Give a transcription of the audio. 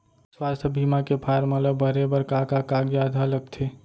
स्वास्थ्य बीमा के फॉर्म ल भरे बर का का कागजात ह लगथे?